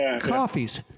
coffees